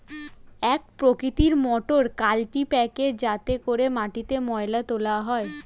এক প্রকৃতির মোটর কাল্টিপ্যাকের যাতে করে মাটিতে ময়লা তোলা হয়